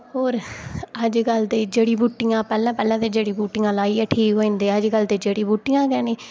होर अजकल ते जड़ी बूटियां पैह्लें पैह्लें ते जड़ी बूटियां लाइयै ठीक होई जंदे अजकल ते जड़ी बूटियां गै नेईं